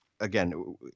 Again